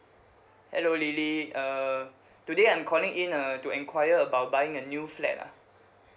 hello lily uh today I'm calling in uh to enquire about buying a new flat ah